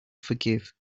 forgive